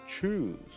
choose